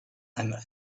and